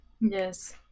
yes